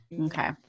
Okay